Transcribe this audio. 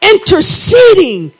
Interceding